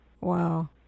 Wow